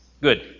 Good